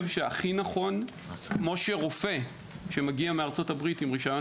כמו שרופא שמגיע מארצות-הברית עם רישיון